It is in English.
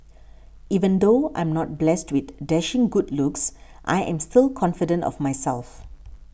even though I'm not blessed with dashing good looks I am still confident of myself